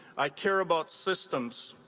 i care about systems.